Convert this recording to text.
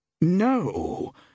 No